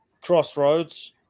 crossroads